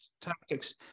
tactics